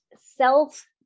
self